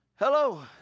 Hello